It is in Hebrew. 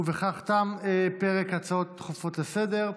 בכך תם פרק הצעות דחופות לסדר-היום.